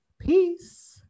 peace